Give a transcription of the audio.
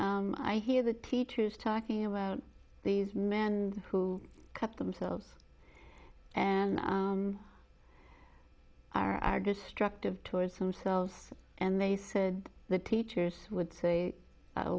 and i hear the teachers talking about these men who cut themselves and are destructive towards themselves and they said the teachers would say oh